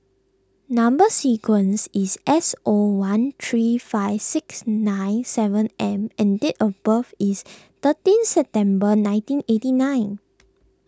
Number Sequence is S O one three five six nine seven M and date of birth is thirteen September nineteen eighty nine